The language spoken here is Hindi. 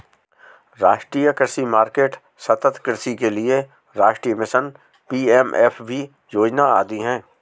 राष्ट्रीय कृषि मार्केट, सतत् कृषि के लिए राष्ट्रीय मिशन, पी.एम.एफ.बी योजना आदि है